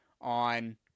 on